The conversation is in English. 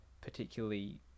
particularly